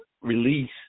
Release